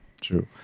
true